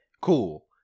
cool